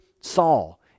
Saul